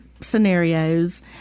scenarios